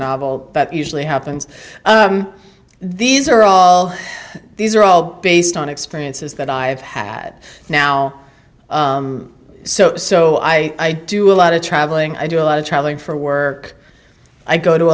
novel that usually happens these are all these are all based on experiences that i have had now so so i do a lot of traveling i do a lot of traveling for work i go to